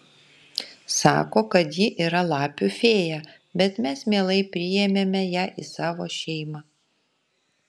sako kad ji yra lapių fėja bet mes mielai priėmėme ją į savo šeimą